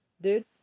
dude